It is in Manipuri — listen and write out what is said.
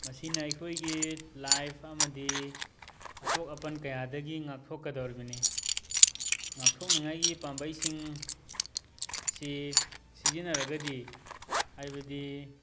ꯃꯁꯤꯅ ꯑꯩꯈꯣꯏꯒꯤ ꯂꯥꯏꯞ ꯑꯃꯗꯤ ꯑꯁꯣꯛ ꯑꯄꯟ ꯀꯌꯥꯗꯒꯤ ꯉꯥꯛꯊꯣꯛꯀꯗꯣꯔꯤꯕꯅꯤ ꯉꯥꯛꯊꯣꯛꯅꯤꯉꯥꯏꯒꯤ ꯄꯥꯝꯕꯩꯁꯤꯡ ꯁꯤ ꯁꯤꯖꯤꯟꯅꯔꯒꯗꯤ ꯍꯥꯏꯕꯗꯤ